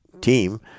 team